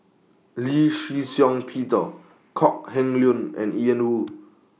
Lee Shih Shiong Peter Kok Heng Leun and Ian Woo